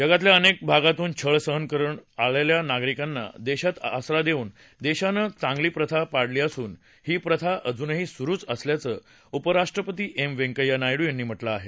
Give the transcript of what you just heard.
जगातल्या अनेक भागातून छळ सहन कराव्या लागणा या नागरिकांना देशात आसरा देऊन देशानं चांगली प्रथा पाडली असून ही प्रथा अजूनही सुरुच असल्याचं उपराष्ट्रपती व्यंकय्या नायडू यांनी म्हा लें आहे